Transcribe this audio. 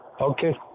Okay